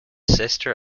sister